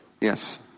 yes